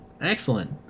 Excellent